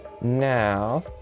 Now